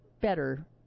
better